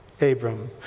Abram